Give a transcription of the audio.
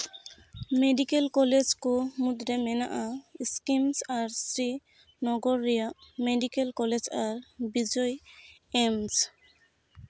medical college ᱠᱚ ᱢᱩᱫᱽᱨᱮ ᱢᱮᱱᱟᱜᱼᱟ ᱤᱥᱠᱤᱢ ᱟᱨ ᱥᱨᱤᱱᱚᱜᱚᱨ ᱨᱮᱭᱟᱜ ᱢᱮᱰᱤᱠᱮᱞ ᱠᱚᱞᱮᱡᱽ ᱟᱨ ᱵᱤᱡᱚᱭ ᱮᱢᱥ